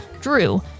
Drew